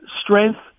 strength